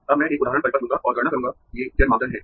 अब मैं एक उदाहरण परिपथ लूंगा और गणना करूंगा ये z मापदंड हैं